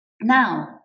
Now